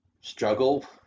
struggle